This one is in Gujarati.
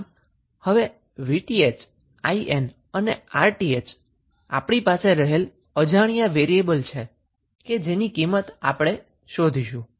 આમ હવે 𝑉𝑇ℎ 𝐼𝑁 અને 𝑅𝑇ℎ આપણી પાસે રહેલ અજાણ્યા વેરીએબલ છે જેની કિંમત આપણે હવે શોધીશું